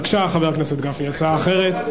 בבקשה, חבר הכנסת גפני, הצעה אחרת.